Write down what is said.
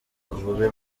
ububi